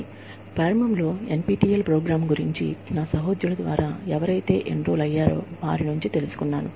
నేను ప్రారంభంలో NPTEL programme గురించి నా సహోద్యోగుల ద్వారా తెలుసుకున్నాను